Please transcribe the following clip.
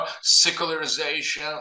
secularization